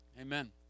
Amen